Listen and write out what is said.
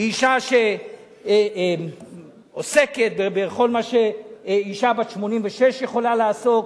היא אשה שעוסקת בכל מה שאשה בת 86 יכולה לעסוק,